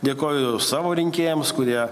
dėkoju savo rinkėjams kurie